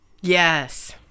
Yes